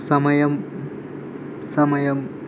సమయం సమయం